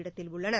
இடத்தில் உள்ளனர்